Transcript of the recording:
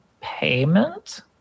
payment